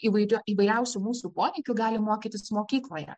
įvairių įvairiausių mūsų poreikių gali mokytis mokykloje